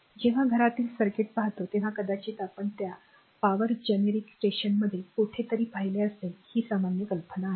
जेव्हा घरातील सर्किट पाहतो तेव्हा कदाचित आपण त्या पॉवर जेनेरिक स्टेशनमध्ये कोठे तरी पाहिले असेल ही सामान्य कल्पना आहे